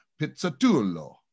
pizzatullo